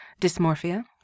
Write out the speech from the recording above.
dysmorphia